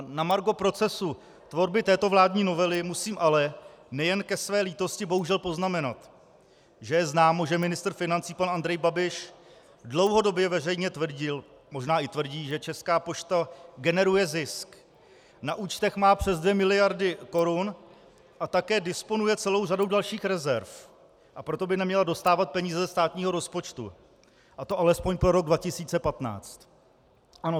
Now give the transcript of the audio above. Na margo procesu tvorby této vládní novely musím ale nejen ke své lítosti bohužel poznamenat, že je známo, že ministr financí pan Andrej Babiš dlouhodobě veřejně tvrdil, možná i tvrdí, že Česká pošta generuje zisk a účtech má přes dvě miliardy korun a také disponuje celou řadou dalších rezerv, a proto by neměla dostávat peníze ze státního rozpočtu, a to alespoň pro rok 2015.